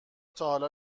تاحالا